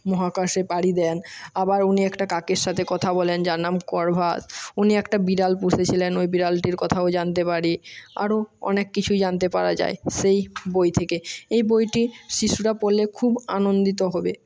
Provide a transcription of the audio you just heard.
মহাকাশে পাড়ি দেন আবার উনি একটা কাকের সাথে কথা বলেন যার নাম করভা উনি একটা বিড়াল পুষেছিলেন ওই বিড়ালটির কথাও জানতে পারি আরও অনেক কিছুই জানতে পারা যায় সেই বই থেকে এই বইটি শিশুরা পড়লে খুব আনন্দিত হবে